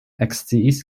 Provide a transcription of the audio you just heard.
eksciis